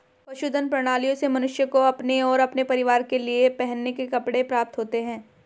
पशुधन प्रणालियों से मनुष्य को अपने और अपने परिवार के लिए पहनने के कपड़े प्राप्त होते हैं